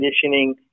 conditioning